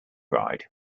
ride